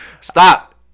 Stop